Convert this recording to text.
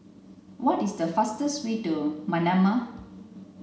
what is the fastest way to Manama